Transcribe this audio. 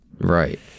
Right